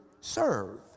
serve